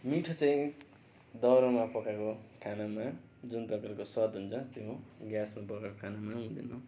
मिठो चाहिँ दाउरामा पकाएको खानामा जुन प्रकारको स्वाद हुन्छ त्यो ग्यासमा पकाएको खानामा हुँदैन